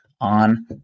on